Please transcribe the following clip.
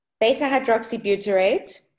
beta-hydroxybutyrate